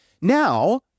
now